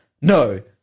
No